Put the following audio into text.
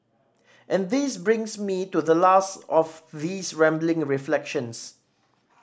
and this brings me to the last of these rambling reflections